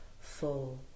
full